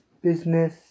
business